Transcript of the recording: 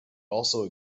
also